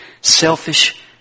Selfish